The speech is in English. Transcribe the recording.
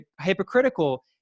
hypocritical